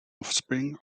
offspring